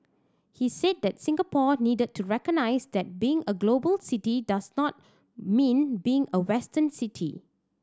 he said that Singapore needed to recognise that being a global city does not mean being a Western city